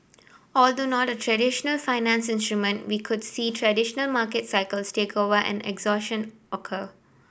although not a traditional we could see traditional market cycles take over and exhaustion occur